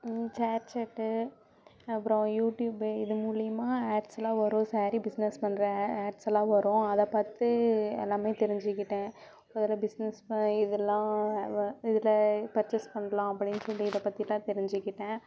share chat அப்புறம் YouTube இது மூலியமாக ஆட்ஸ் எல்லாம் வரும் ஸாரீ பிஸ்னஸ் பண்ணுறேன் ஆட்ஸ் எல்லாம் வரும் அதை பார்த்து எல்லாமே தெரிஞ்சிக்கிட்டேன் ஒரு பிஸ்னஸ் ப இதெல்லாம் வ இதில் பர்ச்சேஸ் பண்ணலாம் அப்படின்னு சொல்லி இதை பற்றிலாம் தெரிஞ்சிக்கிட்டேன்